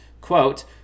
quote